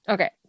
Okay